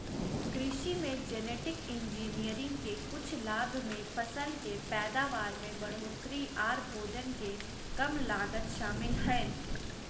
कृषि मे genetic engineering के कुछ लाभ मे फसल के पैदावार में बढ़ोतरी आर भोजन के कम लागत शामिल हय